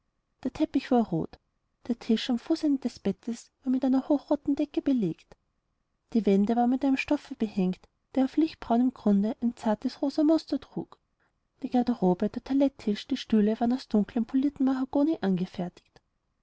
der teppich war rot der tisch am fußende des bettes war mit einer hochroten decke belegt die wände waren mit einem stoffe behängt der auf lichtbraunem grunde ein zartes rosa muster trug die garderobe der toilettetisch die stühle waren aus dunklem poliertem mahagoni angefertigt